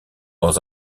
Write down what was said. dans